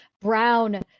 brown